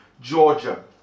Georgia